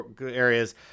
areas